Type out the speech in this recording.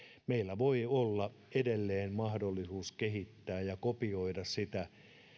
meillä voi olla edelleen mahdollisuus kehittää ja kopioida sitä